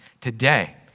Today